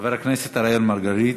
חבר הכנסת אראל מרגלית,